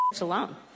alone